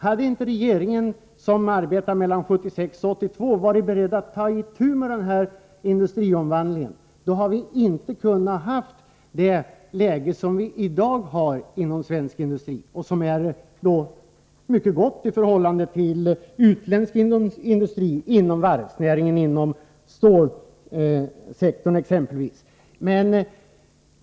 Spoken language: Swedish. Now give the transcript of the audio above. Hade inte de regeringar som arbetade mellan 1976 och 1982 varit beredda att ta itu med denna industriomvandling, skulle vi inte i dag ha haft det läge som vi har inom svensk industri och som är mycket gott i förhållande till utländsk industri exempelvis inom varvsnäringen och inom stålsektorn.